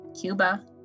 Cuba